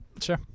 Sure